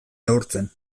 neurtzen